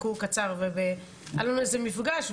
היה לנו איזה מפגש,